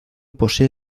posee